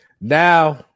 now